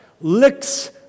licks